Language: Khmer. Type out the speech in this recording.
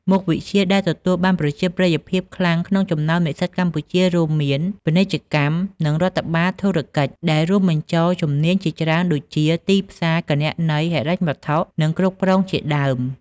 មុខវិជ្ជាដែលទទួលបានប្រជាប្រិយភាពខ្លាំងក្នុងចំណោមនិស្សិតកម្ពុជា រួមមាន ពាណិជ្ជកម្ម និងរដ្ឋបាលធុរកិច្ច ដែលរួមបញ្ចូលជំនាញជាច្រើនដូចជា ទីផ្សារ គណនេយ្យ ហិរញ្ញវត្ថុ និងគ្រប់គ្រងជាដើម។